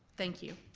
thank you.